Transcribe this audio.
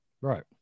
Right